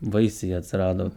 vaisiai atsirado